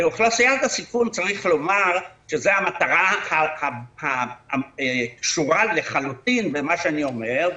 באוכלוסיית הסיכון צריך לומר שזו המטרה הקשורה לחלוטין במה שאני אומר.